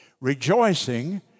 rejoicing